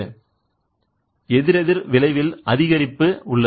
எனவே எதிரெதிர் விளைவில் அதிகரிப்பு உள்ளது